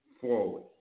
forward